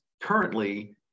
currently